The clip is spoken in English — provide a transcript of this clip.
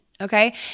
Okay